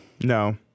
No